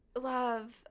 Love